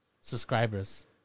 subscribers